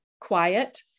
quiet